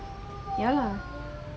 ya lah